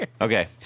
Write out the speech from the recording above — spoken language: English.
Okay